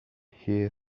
here